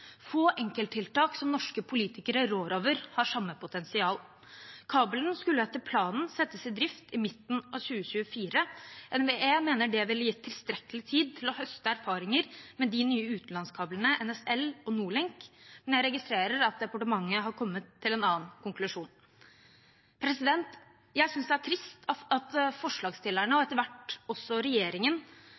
Få enkelttiltak som norske politikere rår over, har samme potensial. Kabelen skulle etter planen settes i drift i midten av 2024. NVE mener det ville gitt tilstrekkelig tid til å høste erfaringer med de nye utenlandskablene NSL og NordLink, men jeg registrerer at departementet har kommet til en annen konklusjon. Jeg synes det er trist at forslagsstillerne, og etter hvert også regjeringen,